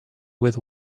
with